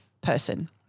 person